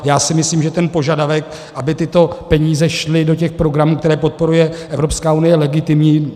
Já si myslím, že ten požadavek, aby tyto peníze šly do těch programů, které podporuje Evropská unie, je legitimní.